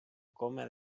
coma